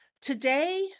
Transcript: Today